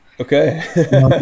okay